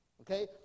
Okay